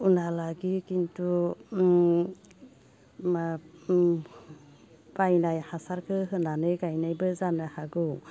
उनहालागि खिन्थु उम मा उम बायनाय हासारखो होनानै गायनायबो जानो हागौ